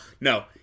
No